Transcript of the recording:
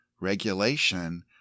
regulation